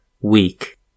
weak